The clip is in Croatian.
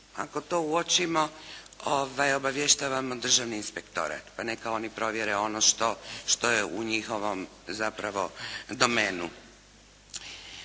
ako to uočimo, obavještavamo državni inspektorat, pa neka oni provjere ono što je u njihovom zapravo domeni.